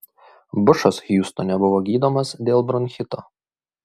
bušas hiūstone buvo gydomas dėl bronchito